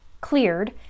cleared